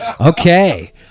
Okay